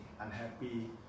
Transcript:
unhappy